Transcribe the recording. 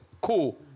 Cool